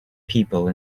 people